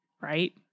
right